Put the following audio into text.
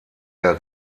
der